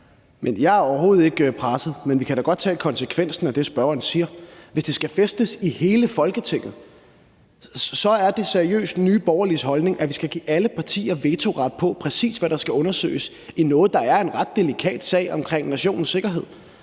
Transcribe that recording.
Jeg er overhovedet ikke presset. Men vi kan da godt tage konsekvensen af det, spørgeren siger. Hvis det skal fæstnes i hele Folketinget, er det så seriøst Nye Borgerliges holdning, at vi skal give alle partier vetoret på, præcis hvad der skal undersøges i noget, der er en ret delikat sag omkring nationens sikkerhed?